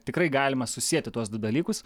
tikrai galima susieti tuos du dalykus